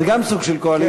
זה גם סוג של קואליציה,